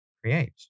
create